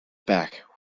back